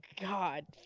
God